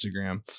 Instagram